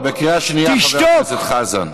אתה בקריאה שנייה, חבר הכנסת חזן.